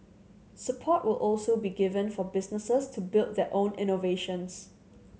support will also be given for businesses to build their own innovations